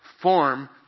form